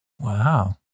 Wow